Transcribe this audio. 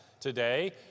today